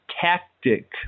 tactic